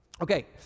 okay